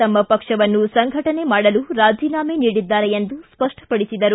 ತಮ್ಮ ಪಕ್ಷವನ್ನ ಸಂಘಟನೆ ಮಾಡಲು ರಾಜೀನಾಮೆ ನೀಡಿದ್ದಾರೆ ಎಂದು ಸ್ಪಷ್ಟಪಡಿಸಿದರು